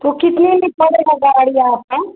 तो कितने में पड़ेगा गाड़ी आपका